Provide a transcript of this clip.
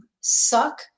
suck